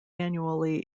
annually